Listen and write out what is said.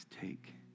take